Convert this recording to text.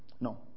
No